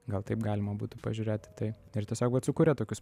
gal taip galima būtų pažiūrėt į tai ir tiesiog vat sukūrė tokius